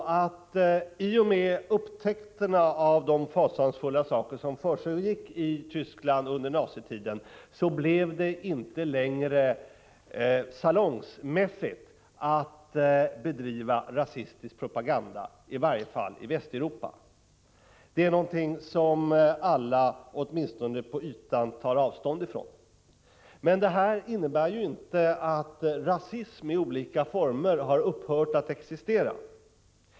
I och med upptäckten av de fasansfulla saker som försiggick i Tyskland under nazitiden blev det inte längre salongsmässigt att bedriva rasistisk propaganda, i varje fall inte i Västeuropa. Det är någonting som alla tar avstånd ifrån, åtminstone på ytan. Men det innebär inte att rasism i olika former har upphört att existera.